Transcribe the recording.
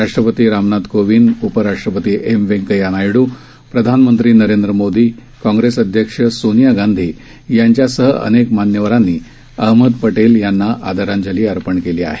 राष्ट्रपती रामनाथ कोविंद उपराष्ट्रपती एम व्यंकय्या नायडू प्रधानमंत्री नरेंद्र मोदी काँग्रेस अध्यक्ष सोनिया गांधी यांच्यासह अनेक मान्यवरांनी अहमद पटेल यांना आदरांजली अर्पण केली आहे